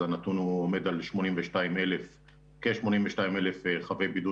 אז זה עומד על כ-82,000 חייבי בידוד